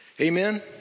Amen